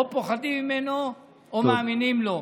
או פוחדים ממנו או מאמינים לו.